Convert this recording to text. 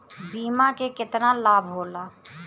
बीमा के केतना लाभ होला?